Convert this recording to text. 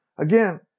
Again